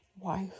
wife